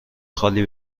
خالی